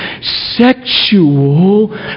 sexual